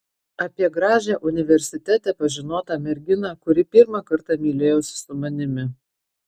apie gražią universitete pažinotą merginą kuri pirmą kartą mylėjosi su manimi